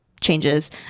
changes